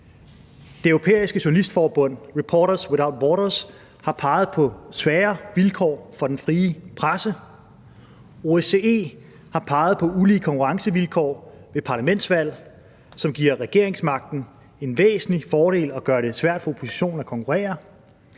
Det europæiske journalistforbund – Reporters Without Borders – har peget på svære vilkår for den frie presse. OSCE har peget på ulige konkurrencevilkår ved parlamentsvalg, som giver regeringsmagten en væsentlig fordel og gør det svært for oppositionen at konkurrere.